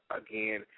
again